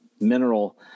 mineral